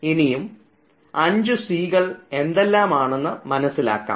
ഇനിയും 5 Cs ഏതെല്ലാമാണെന്ന് മനസ്സിലാക്കാം